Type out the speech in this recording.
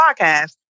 podcast